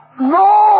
No